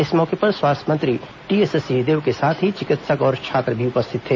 इस मौके पर स्वास्थ्य मंत्री टीएस सिंहदेव के साथ ही चिकित्सक और छात्र भी उपस्थित थे